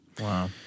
Wow